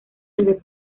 desde